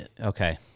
Okay